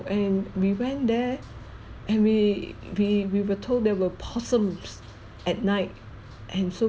and we went there and we we we were told there were possums at night and so